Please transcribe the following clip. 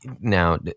now